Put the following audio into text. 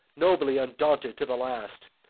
nobly undaunted to the last,